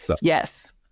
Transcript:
Yes